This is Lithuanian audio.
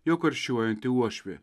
jo karščiuojanti uošvė